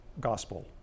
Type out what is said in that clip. gospel